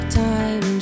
time